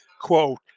quote